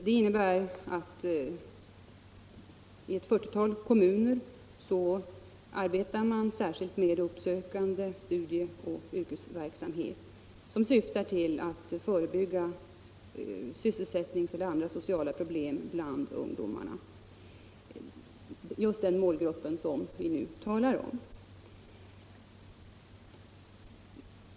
Det innebär att man i ett fyrtiotal kommuner arbetar särskilt med uppsökande studieoch yrkesorientering, som syftar till att förebygga sysselsättningsproblem eller andra sociala problem bland ungdomarna, dvs. just den målgrupp vi nu talar om.